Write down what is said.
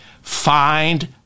find